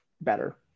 better